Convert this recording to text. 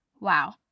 wow